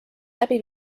läbi